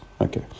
okay